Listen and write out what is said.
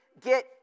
get